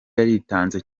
yaritanze